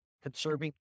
Conserving